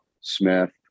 Smith